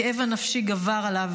הכאב הנפשי גבר עליו,